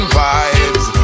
vibes